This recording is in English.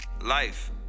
life